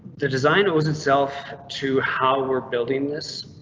the design was itself to how we're building this.